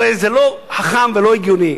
הרי זה לא חכם ולא הגיוני.